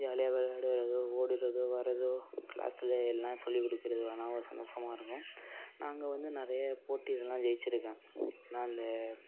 ஜாலியாக விளாடுறதோ ஓடுகிறதோ வரதோ க்ளாஸ்சில் எல்லாம் சொல்லி கொடுக்கறது அதெலாம் சந்தோஷமா இருக்கும் நாங்கள் வந்து நிறைய போட்டிலெலாம் ஜெயிச்சுருக்கேன் நான் அந்த